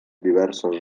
diverses